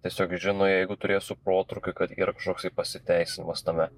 tiesiog žino jeigu turėsiu protrūkį kad yra kažkoks tai pasiteisinimas tame